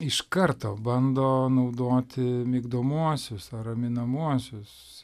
iš karto bando naudoti migdomuosius raminamuosius